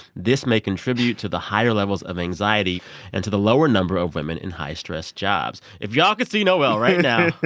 this may contribute to the higher levels of anxiety and to the lower number of women in high-stress jobs. if y'all could see noel right now.